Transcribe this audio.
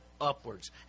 upwards